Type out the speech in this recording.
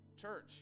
church